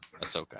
Ahsoka